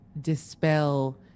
dispel